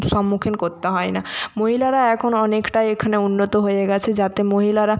সম্মুখীন করতে হয় না মহিলারা এখন অনেকটাই এখানে উন্নত হয়ে গেছে যাতে মহিলারা